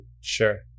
Sure